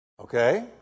Okay